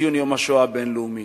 לציון יום השואה הבין-לאומי.